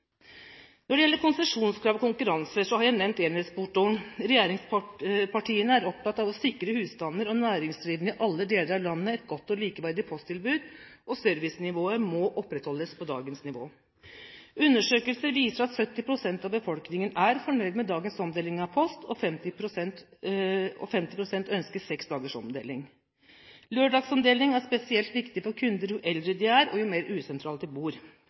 Når det gjelder konsesjonskrav og konkurranse, har jeg nevnt enhetsportoen. Regjeringspartiene er opptatt av å sikre husstander og næringsdrivende i alle deler av landet et godt og likeverdig posttilbud, og servicenivået må opprettholdes på dagens nivå. Undersøkelser viser at 70 pst. av befolkningen er fornøyd med dagens omdeling av post, og 50 pst. ønsker seks dagers omdeling. Lørdagsomdeling spesielt er viktigere for kundene jo eldre de er, og jo mer usentralt de bor.